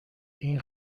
این